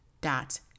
dot